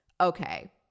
Okay